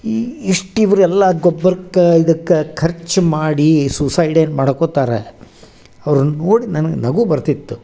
ಈ ಎಷ್ಟು ಇದ್ದರೂ ಎಲ್ಲ ಗೊಬ್ಬರಕ್ಕೆ ಇದಕ್ಕೆ ಖರ್ಚು ಮಾಡಿ ಈ ಸೂಸೈಡ್ ಏನು ಮಾಡ್ಕೊತಾರೆ ಅವ್ರನ್ನ ನೋಡಿ ನನ್ಗ ನಗು ಬರ್ತಿತ್ತು